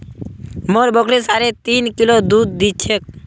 मोर बकरी साढ़े तीन किलो दूध दी छेक